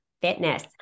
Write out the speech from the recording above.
Fitness